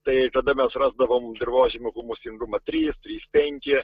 tai tada mes rasdavom dirvožemio humusingumą trys trys penki